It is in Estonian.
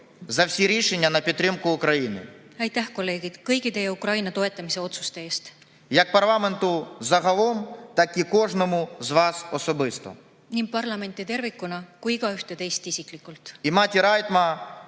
Aitäh, kolleegid, kõigi teie Ukraina toetamise otsuste eest! Tänan nii parlamenti tervikuna kui ka igaühte isiklikult.